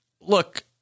look